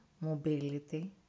mobility